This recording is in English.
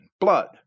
blood